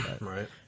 Right